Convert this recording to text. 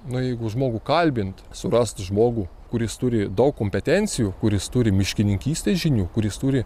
nu jeigu žmogų kalbint surast žmogų kuris turi daug kompetencijų kuris turi miškininkystės žinių kuris turi